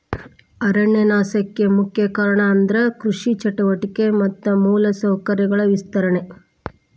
ಅರಣ್ಯ ನಾಶಕ್ಕೆ ಮುಖ್ಯ ಕಾರಣ ಅಂದ್ರ ಕೃಷಿ ಚಟುವಟಿಕೆ ಮತ್ತ ಮೂಲ ಸೌಕರ್ಯಗಳ ವಿಸ್ತರಣೆ